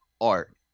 art